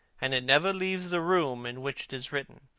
and it never leaves the room in which it is written.